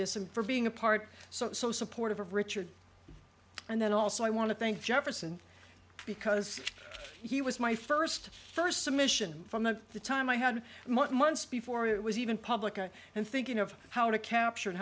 this and for being a part so supportive of richard and then also i want to thank jefferson because he was my first first submission from the the time i had a month months before it was even publica and thinking of how to capture and